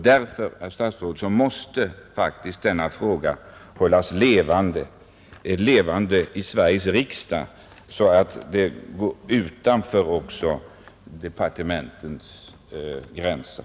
Därför, herr statsråd, måste faktiskt denna fråga hållas levande — levande även i Sveriges riksdag — så att den tränger ut utanför departementens gränser.